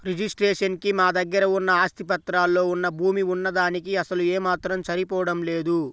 registration కి మా దగ్గర ఉన్న ఆస్తి పత్రాల్లో వున్న భూమి వున్న దానికీ అసలు ఏమాత్రం సరిపోడం లేదు